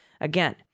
Again